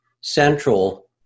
central